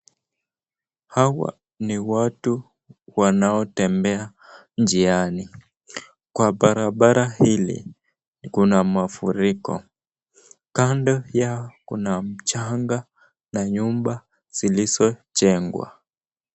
Hawa ni watu wanaotembea njiani kwa barabara hili iko na mafuriko. Kando yao kuna mchanga na nyumba zilizojengwa.